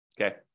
Okay